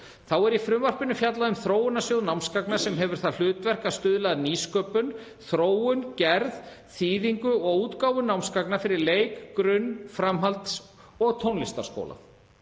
Þá er í frumvarpinu fjallað um þróunarsjóð námsgagna sem hefur það hlutverk að stuðla að nýsköpun, þróun, gerð, þýðingu og útgáfu námsgagna fyrir leik-, grunn,- framhalds- og tónlistarskóla.